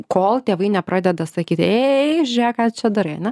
kol tėvai nepradeda sakyti ė ė ė žiūrėk ką čia darai ane